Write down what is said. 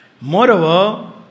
Moreover